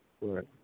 Right